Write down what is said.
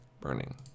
Burning